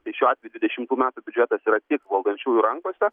tai šiuo atveju dvidešimtų metų biudžetas yra tik valdančiųjų rankose